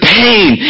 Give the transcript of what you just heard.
pain